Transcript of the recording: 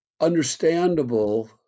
understandable